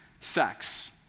sex